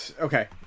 Okay